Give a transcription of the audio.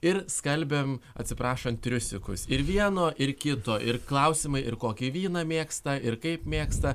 ir skalbiam atsiprašant triusikus ir vieno ir kito ir klausimai ir kokį vyną mėgsta ir kaip mėgsta